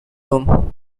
room